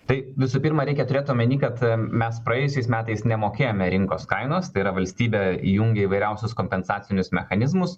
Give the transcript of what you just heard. tai visų pirma reikia turėt omenyje kad mes praėjusiais metais nemokėjome rinkos kainos tai yra valstybė įjungė įvairiausius kompensacinius mechanizmus